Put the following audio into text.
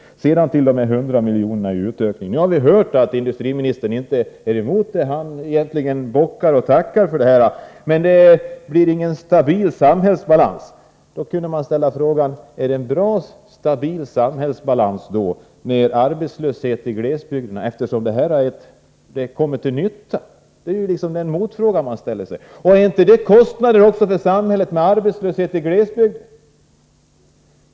Sedan till de 100 miljonerna i utökning. Nu har vi hört att industriministern inte är emot detta. Han bockar och tackar egentligen för det. Men det blir ingen stabil samhällsbalans. Då kunde man ställa frågan: Är det bra och stabil samhällsbalans med arbetslöshet i glesbygden — eftersom detta har kommit till nytta? Och är det inte också kostnader för samhället med arbetslöshet i glesbygden?